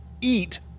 eat